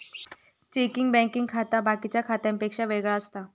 एक चेकिंग खाता बाकिच्या खात्यांपेक्षा वेगळा असता